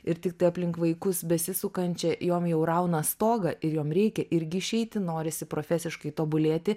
ir tiktai aplink vaikus besisukančia jom jau rauna stogą ir jom reikia irgi išeiti norisi profesiškai tobulėti